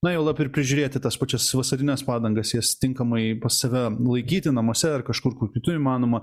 na juolab ir prižiūrėti tas pačias vasarines padangas jas tinkamai pas save laikyti namuose ar kažkur kur kitur įmanoma